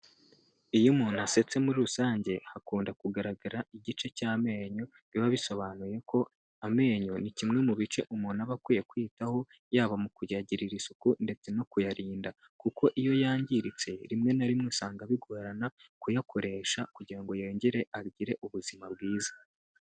Iyo umuntu asetse muri rusange hakunda kugaragara igice cy'amenyo, biba bisobanuye ko amenyo ni kimwe mu bice umuntu aba akwiye kwiyitaho, yaba mu kuyagirira isuku ndetse no kuyarinda, kuko iyo yangiritse rimwe na rimwe usanga bigorana kuyakoresha kugira ngo yongere agire ubuzima bwiza.